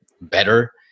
better